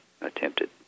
attempted